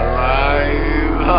Alive